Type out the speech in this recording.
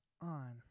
on